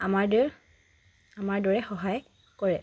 আমাৰ দেউ আমাৰ দৰে সহায় কৰে